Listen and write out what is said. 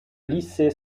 lycée